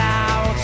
out